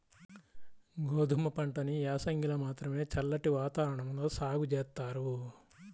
గోధుమ పంటని యాసంగిలో మాత్రమే చల్లటి వాతావరణంలో సాగు జేత్తారు